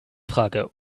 frage